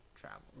travel